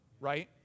right